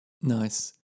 Nice